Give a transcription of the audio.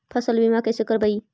फसल बीमा कैसे करबइ?